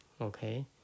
Okay